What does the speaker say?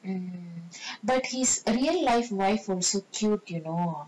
but he's real life wife also cute you know